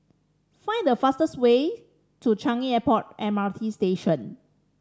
find the fastest way to Changi Airport M R T Station